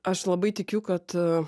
aš labai tikiu kad